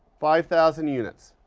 five thousand units.